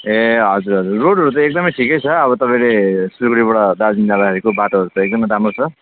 ए हजुर हजुर रोडहरू त एकदम ठिकै छ अब तपाईँले सिलिगुडीबाट दार्जिलिङ जाँदाखेरिको बाटोहरू एकदमै राम्रो छ